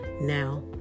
Now